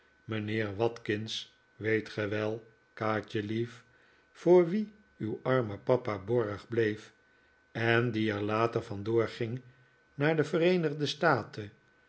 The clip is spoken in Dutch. mijnheer watkins weet ge wel kaatjelief voor wien uw arme papa borg bleef en die er later vandoor ging naar de vereenigde staten